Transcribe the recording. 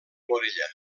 morella